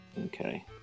Okay